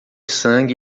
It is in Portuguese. sangue